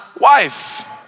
wife